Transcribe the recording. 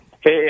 Hey